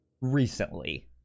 recently